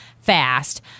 fast